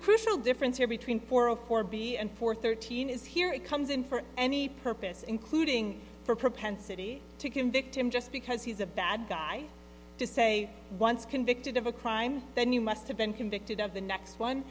crucial difference here between for a for b and for thirteen is here it comes in for any purpose including for a propensity to convict him just because he's a bad guy to say once convicted of a crime then you must have been convicted of the next one